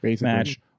match